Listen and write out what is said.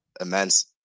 immense